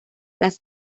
las